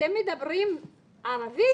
אתם מדברים ערבית?